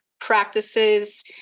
practices